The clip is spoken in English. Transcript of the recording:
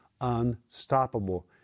Unstoppable